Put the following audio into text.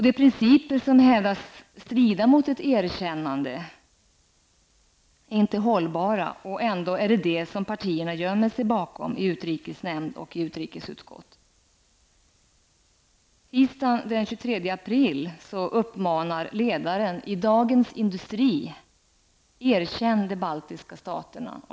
De principer som hävdas strida mot ett erkännande är inte hållbara, och ändå är det dem som partierna gömmer sig bakom i utrikesnämnd och i utrikesutskott. Tisdagen den 3 april gav man i Dagens Industri följande maning: Erkänn de baltiska staterna!